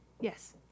Yes